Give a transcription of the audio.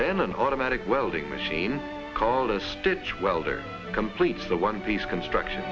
then an automatic welding machine called a stitch welder completes the one piece construction